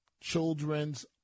children's